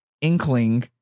inkling